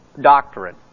doctrine